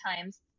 times